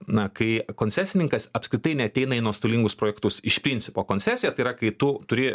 na kai koncesininkas apskritai neateina į nuostolingus projektus iš principo koncesija tai yra kai tu turi